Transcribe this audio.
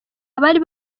abari